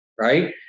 right